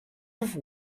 have